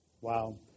Wow